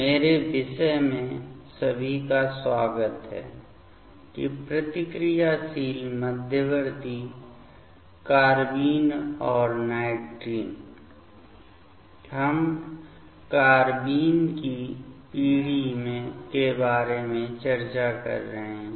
मेरे विषय में सभी का स्वागत है कि प्रतिक्रियाशील मध्यवर्ती कार्बाइन और नाइट्रिन हम कार्बाइन की पीढ़ी के बारे में चर्चा कर रहे हैं